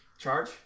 charge